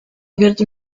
abierta